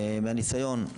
והניסיון.